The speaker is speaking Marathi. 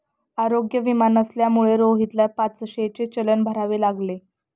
आरोग्य विमा नसल्यामुळे रोहितला पाचशेचे चलन भरावे लागले